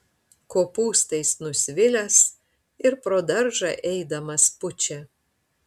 kopūstais nusvilęs ir pro daržą eidamas pučia